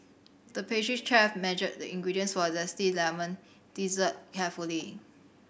the pastry chef measured the ingredients for a zesty lemon dessert carefully